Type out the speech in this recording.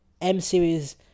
M-Series